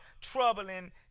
troubling